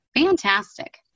Fantastic